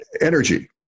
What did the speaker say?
energy